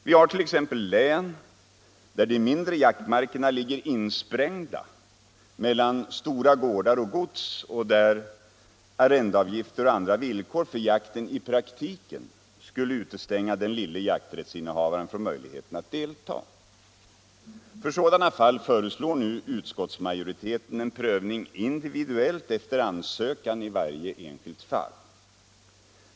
Vi har t.ex. län där de mindre jaktmarkerna ligger insprängda mellan stora gårdar och gods och där arrendeavgifter och andra villkor för jakten i praktiken skulle utestänga den lille jakträttsinnehavaren från möjligheten att delta. För sådana fall föreslår nu utskottsmajoriteten en prövning individuellt efter ansökan i varje enskilt fall.